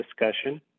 discussion